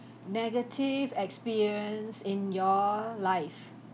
negative experience in your life